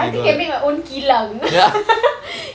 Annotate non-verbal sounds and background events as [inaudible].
I think can make my own kilang [laughs]